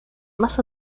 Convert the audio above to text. más